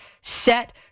set